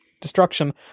destruction